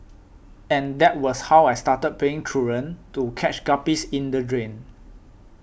and that was how I started playing truant to catch guppies in the drain